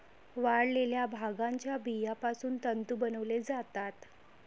वाळलेल्या भांगाच्या बियापासून तंतू बनवले जातात